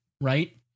right